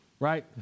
Right